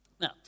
Now